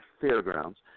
fairgrounds